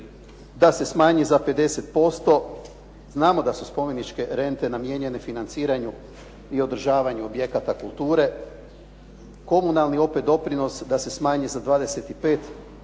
da se smanji za 50%, znamo da su spomeničke rente namijenjene financiranju i održavanju objekata kulture. Komunalni opet doprinos da se smanji za 25%.